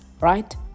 right